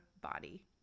body